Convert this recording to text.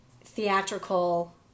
theatrical